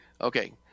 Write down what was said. okay